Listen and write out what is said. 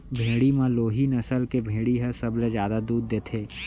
भेड़ी म लोही नसल के भेड़ी ह सबले जादा दूद देथे